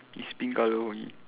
is pink colour only